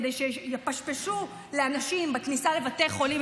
כדי שיפשפשו לאנשים בכניסה לבתי חולים,